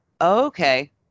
Okay